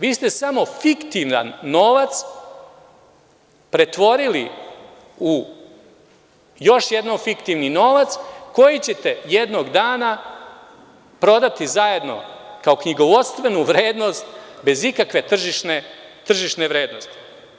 Vi ste samo fiktivan novac pretvorili u još jednom fiktivni novac, koji ćete jednog dana prodati zajedno kao knjigovodstvenu vrednost bez ikakve tržišne vrednosti.